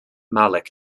malik